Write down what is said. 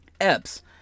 Epps